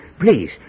Please